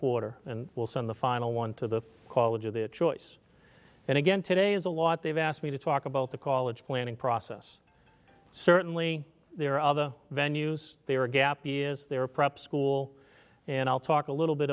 quarter and will send the final one to the college of their choice and again today is a lot they've asked me to talk about the call it planning process certainly there are other venues they are gappy is there a prep school and i'll talk a little bit